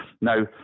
Now